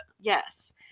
Yes